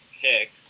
pick